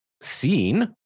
seen